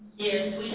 yes,